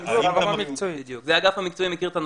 אבל --- האגף המקצועי מכיר את הנושא,